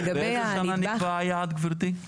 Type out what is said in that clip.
באיזה שנה נקבע היעד, גברתי?